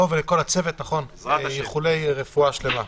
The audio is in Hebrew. לו ולכל הצוות איחולי רפואה שלמה.